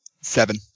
Seven